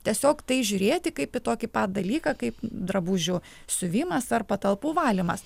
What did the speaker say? tiesiog tai žiūrėti kaip į tokį dalyką kaip drabužių siuvimas ar patalpų valymas